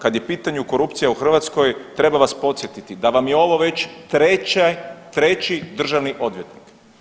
Kad je u pitanju korupcija u Hrvatskoj treba vas podsjetiti da vam je ovo već treća, treći državni odvjetnik.